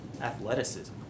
athleticism